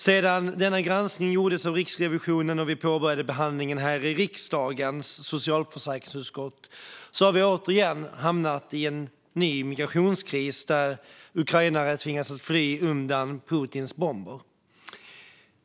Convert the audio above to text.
Sedan Riksrevisionens granskning gjordes och sedan vi påbörjade behandlingen i riksdagens socialförsäkringsutskott har vi hamnat i en ny migrationskris, där ukrainare tvingas fly undan Putins bomber.